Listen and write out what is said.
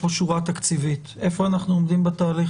אנחנו בתהליך